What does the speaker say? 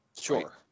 Sure